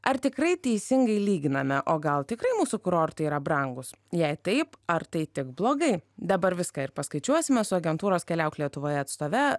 ar tikrai teisingai lyginame o gal tikrai mūsų kurortai yra brangūs jei taip ar tai tik blogai dabar viską ir paskaičiuosime su agentūros keliauk lietuvoje atstove